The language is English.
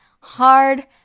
hard